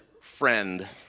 Friend